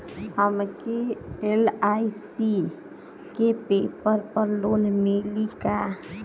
हमके एल.आई.सी के पेपर पर लोन मिली का?